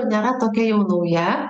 nėra tokia jau nauja